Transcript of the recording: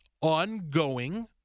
ongoing